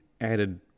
added